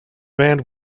band